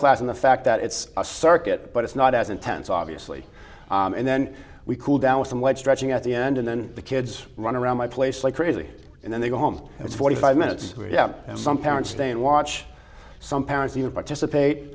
class in the fact that it's a circuit but it's not as intense obviously and then we cool down with some white stretching at the end and then the kids run around my place like crazy and then they go home and it's forty five minutes and some parents stay and watch some parents you know participate